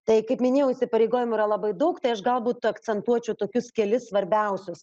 tai kaip minėjau įsipareigojimų yra labai daug tai aš galbūt akcentuočiau tokius kelis svarbiausius